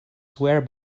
swear